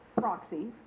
proxy